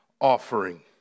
offering